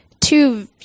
two